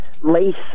lace